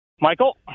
Michael